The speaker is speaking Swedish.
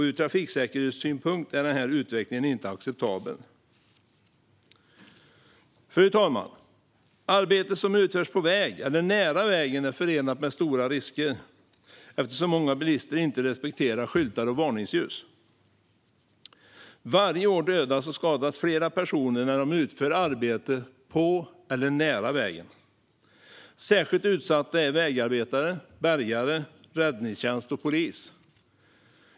Ur trafiksäkerhetssynpunkt är den utvecklingen inte acceptabel. Fru talman! Arbete som utförs på vägen eller nära vägen är förenat med stora risker eftersom många bilister inte respekterar skyltar eller varningsljus. Varje år dödas och skadas flera personer när de utför arbete på eller nära vägen. Särskilt utsatta är vägarbetare, bärgare, räddningstjänst och polis.